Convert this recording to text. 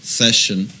session